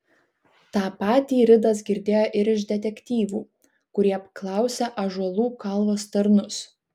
tą patį ridas girdėjo ir iš detektyvų kurie apklausė ąžuolų kalvos tarnus